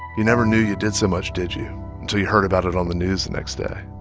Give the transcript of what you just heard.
you never knew you did so much did you? until you heard about it on the news the next day